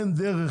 אין דרך,